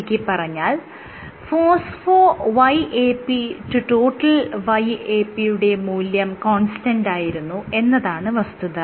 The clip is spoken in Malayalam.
ചുരുക്കിപ്പറഞ്ഞാൽ phospho YAP to total YAP യുടെ മൂല്യം കോൺസ്റ്റന്റായിരുന്നു എന്നതാണ് വസ്തുത